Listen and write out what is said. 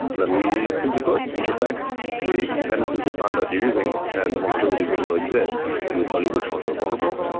then we simply put, intersect the dependencies we found that you're using and the vulnerabilities we know exist and we'll tell you which ones are vulnerable.